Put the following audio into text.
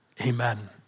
amen